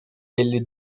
elli